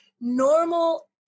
Normal